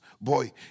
Boy